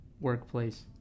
workplace